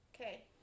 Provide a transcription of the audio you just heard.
Okay